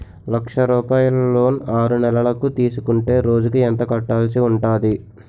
లక్ష రూపాయలు లోన్ ఆరునెలల కు తీసుకుంటే రోజుకి ఎంత కట్టాల్సి ఉంటాది?